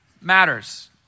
matters